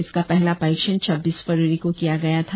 इसका पहला परीक्षण छब्बीस फरवरी को किया गया था